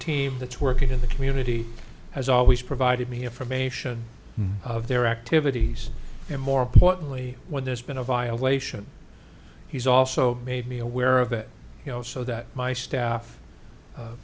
team that's working in the community has always provided me information of their activities and more importantly when there's been a violation he's also made me aware of it you know so that my staff